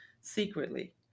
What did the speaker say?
secretly